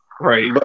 right